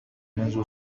منذ